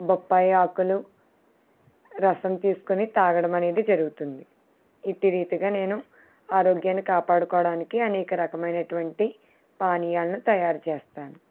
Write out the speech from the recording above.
బొప్పాయి ఆకులు రసం తీసుకుని తాగడం అనేది జరుగుతుంది ఇట్టి రీతిగా నేను ఆరోగ్యాన్ని కాపాడుకోవడానికి అనేక రకమైనటువంటి పానీయాలును తయారు చేస్తాను